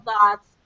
thoughts